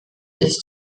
ist